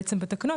בעצם בתקנות,